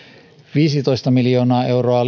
viisitoista miljoonaa euroa